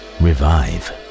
revive